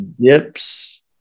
dips